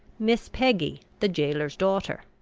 miss peggy, the gaoler's daughter.